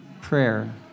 prayer